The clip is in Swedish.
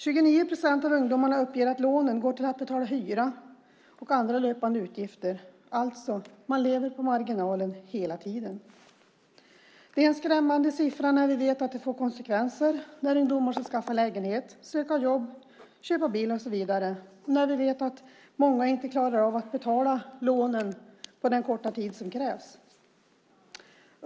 29 procent av ungdomarna uppger att lånen går till att betala hyra och andra löpande utgifter. Man lever alltså hela tiden på marginalen. Det är en skrämmande siffra när vi vet att det får konsekvenser när ungdomar ska skaffa lägenhet, söka jobb, köpa bil och så vidare och när vi vet att många inte klarar av att betala lånen på så kort tid som krävs.